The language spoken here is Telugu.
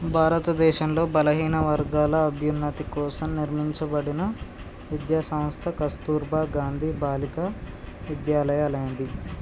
భారతదేశంలో బలహీనవర్గాల అభ్యున్నతి కోసం నిర్మింపబడిన విద్యా సంస్థ కస్తుర్బా గాంధీ బాలికా విద్యాలయ అనేది